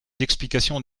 d’explication